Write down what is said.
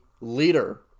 leader